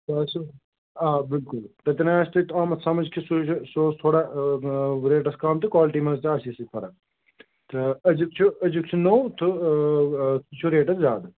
اسٮ۪و آ بِلکُل تتن ہے آسہِ تۄہہِ آمُت سمجھ سُہ چھُے سُہ اوس تھوڑا ریٹَس کم تہٕ کالٹی مَنٛز تہ آسہِ یِژھٕے فرق تہٕ اَزیُک چھُ اَزیُک چھُ نوٚو تہٕ چھُ ریٹَس زیادٕ